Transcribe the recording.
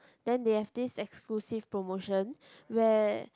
then they have this exclusive promotion where